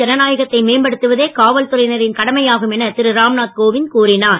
ஜனநாயகத்தை மேம்படுத்துவதே காவல்துறையினரின் கடமையாகும் என திருராம்நாத் கோவிந்த் கூறினார்